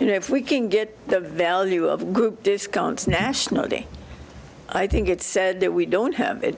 you know if we can get the value of the group discounts national day i think it's said that we don't have it